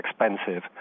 expensive